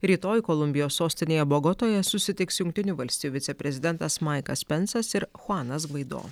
rytoj kolumbijos sostinėje bogotoje susitiks jungtinių valstijų viceprezidentas maikas pensas ir chuanas gvaido